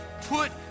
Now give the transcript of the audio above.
Put